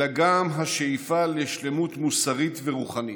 אלא גם השאיפה לשלמות מוסרית ורוחנית".